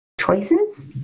choices